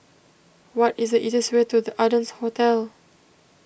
what is the easiest way to the Ardennes Hotel